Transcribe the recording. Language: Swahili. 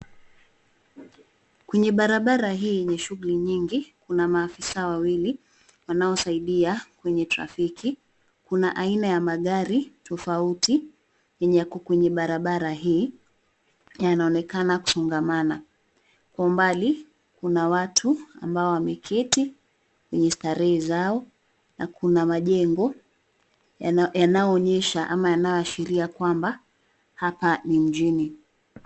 Kwenye barabara hii yenye shuguli nyingi, kuna maafisa wawili wanaosaidia kwenye trafiki. Kuna aina ya magari tofauti yenye yako kwenye barabara hii, yanaonekana kusongamana. Kwa umbali, kuna watu ambao wameketi kwenye starehe zao na kuna majengo yanayoonyesha ama yanayoashiria kwamba hapa ni mjini.